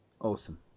Awesome